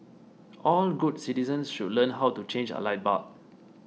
all good citizens should learn how to change a light bulb